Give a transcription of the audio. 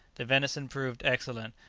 the venison proved excellent,